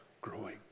growing